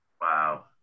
Wow